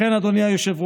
לכן, אדוני היושב-ראש,